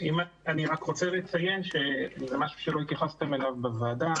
אני רוצה לציין משהו שלא התייחסתם אליו בוועדה